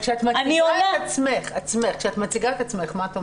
כשאת מציגה את עצמך, מה את אומרת?